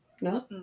No